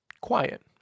quiet